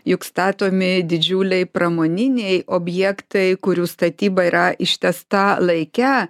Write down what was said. juk statomi didžiuliai pramoniniai objektai kurių statyba yra ištęsta laike